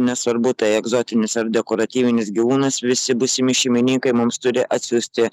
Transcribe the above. nesvarbu tai egzotinis ar dekoratyvinis gyvūnas visi būsimi šeimininkai mums turi atsiųsti